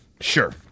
Sure